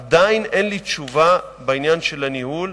עדיין אין לי תשובה בעניין של הניהול.